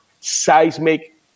seismic